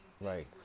Right